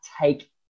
take